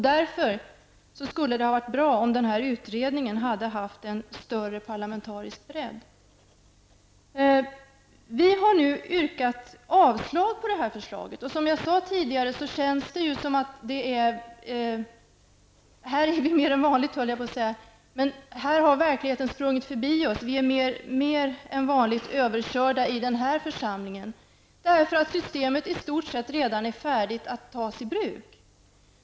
Därför skulle det ha varit bra om denna utredning hade haft en större parlamentarisk bredd. Vi har nu yrkat avslag på detta förslag. Som jag sade tidigare känns det som om verkligheten här -- mer än vanligt, höll jag på att säga -- har sprungit förbi oss. Vi är mer än vanligt överkörda i denna församling, eftersom systemet redan är i stort sett färdigt att tas i bruk.